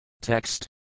Text